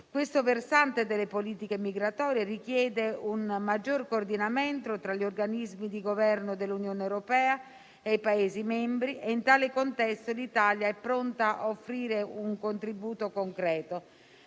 Tale versante delle politiche migratorie richiede un maggior coordinamento tra gli organismi di Governo dell'Unione europea e i Paesi membri e, in tale contesto, l'Italia è pronta a offrire un contributo concreto.